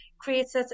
creates